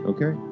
Okay